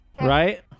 Right